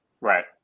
right